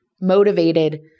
motivated